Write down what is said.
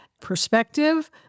perspective